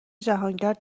جهانگرد